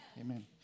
Amen